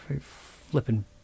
flipping